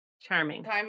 charming